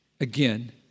Again